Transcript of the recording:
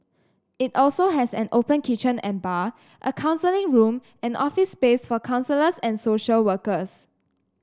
it also has an open kitchen and bar a counselling room and office space for counsellors and social workers